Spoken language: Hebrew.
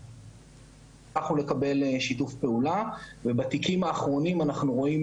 הצלחנו לקבל שיתוף פעולה ובתיקים האחרונים אנחנו רואים